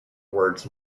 words